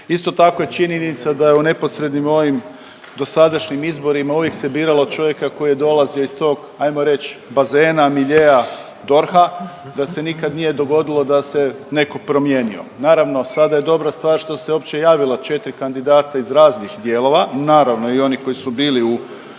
Isto tako je činjenica da je u neposrednim ovim dosadašnjim izborima uvijek se biralo čovjeka koji je dolazio iz tog, ajmo reć bazena, miljea DORH-a da se nikad nije dogodilo da se neko promijenio. Naravno sada je dobra stvar što se uopće javilo četri kandidata iz raznih dijelova, naravno i oni koji su bili